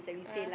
ah